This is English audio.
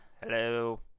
Hello